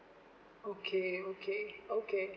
okay okay okay